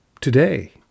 today